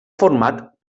format